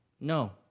no